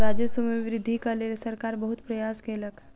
राजस्व मे वृद्धिक लेल सरकार बहुत प्रयास केलक